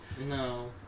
No